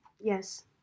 Yes